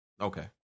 okay